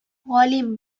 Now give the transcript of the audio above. галим